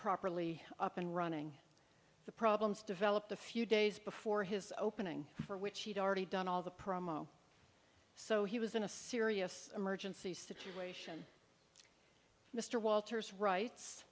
properly up and running the problems developed a few days before his opening for which he'd already done all the promo so he was in a serious emergency situation mr walters wri